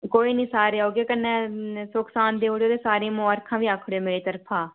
कोई निं सारे औगे कन्नै सुक्ख सांद देई ओड़ेओ मेरा कन्नै मबारखां बी आक्खी ओड़ेओ मेरा